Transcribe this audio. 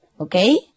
Okay